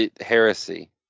Heresy